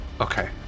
Okay